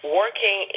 working